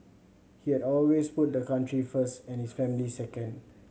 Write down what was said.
he had always put the country first and his family second